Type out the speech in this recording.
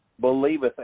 believeth